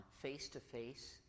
face-to-face